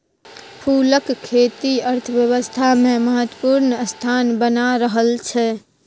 फूलक खेती अर्थव्यवस्थामे महत्वपूर्ण स्थान बना रहल छै